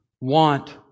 want